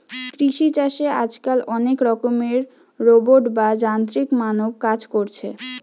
কৃষি চাষে আজকাল অনেক রকমের রোবট বা যান্ত্রিক মানব কাজ কোরছে